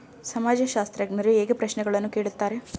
ಸಮಾಜಶಾಸ್ತ್ರಜ್ಞರು ಹೇಗೆ ಪ್ರಶ್ನೆಗಳನ್ನು ಕೇಳುತ್ತಾರೆ?